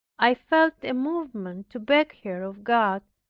i felt a movement to beg her of god,